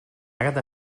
àgueda